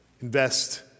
invest